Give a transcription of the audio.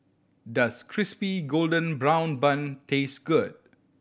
does Crispy Golden Brown Bun taste good